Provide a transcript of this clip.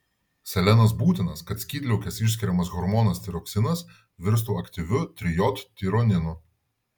selenas būtinas kad skydliaukės išskiriamas hormonas tiroksinas virstų aktyviu trijodtironinu